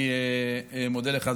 אני מודה לך,